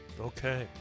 Okay